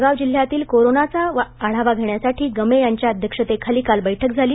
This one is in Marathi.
जळगाव जिल्ह्यातील कोरोनाचा आढावा घेण्यासाठी गमे यांच्या अध्यक्षतेखाली काल बैठक झाली